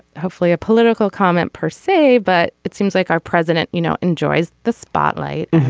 hopefully a political comment per say but it seems like our president you know enjoys the spotlight